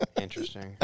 Interesting